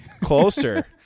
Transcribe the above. Closer